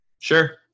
Sure